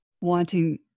wanting